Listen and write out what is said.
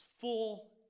full